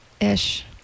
ish